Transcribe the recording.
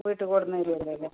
വീട്ടിൽ കൊണ്ടുവന്നു തരുമല്ലോ അല്ലേ